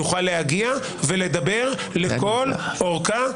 יוכל להגיע ולדבר לכל אורכה.